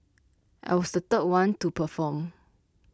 I was third the one to perform